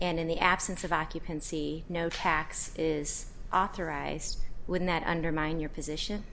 and in the absence of occupancy no tax is authorized when that undermine your position